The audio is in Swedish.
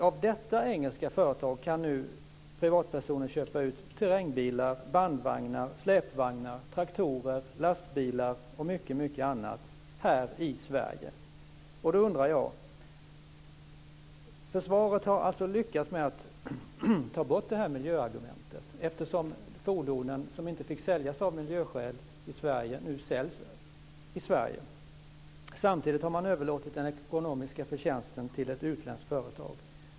Av detta engelska företag kan nu privatpersoner köpa terrängbilar, bandvagnar, släpvagnar, traktorer, lastbilar och mycket annat här i Sverige. Försvaret har alltså lyckats ta bort miljöargumentet, eftersom fordonen som inte fick säljas av miljöskäl i Sverige nu säljs i Sverige. Samtidigt har man överlåtit den ekonomiska förtjänsten till ett utländskt företag.